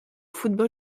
football